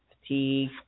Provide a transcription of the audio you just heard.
fatigue